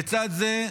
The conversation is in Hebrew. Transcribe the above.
לצד זה,